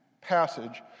passage